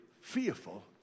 fearful